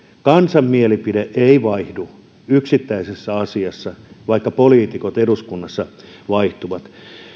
kansan mielipide ei vaihdu yksittäisessä asiassa vaikka poliitikot eduskunnassa vaihtuvat on